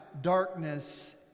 darkness